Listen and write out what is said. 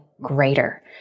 greater